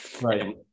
Right